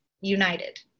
united